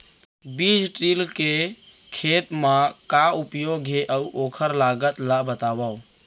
बीज ड्रिल के खेत मा का उपयोग हे, अऊ ओखर लागत ला बतावव?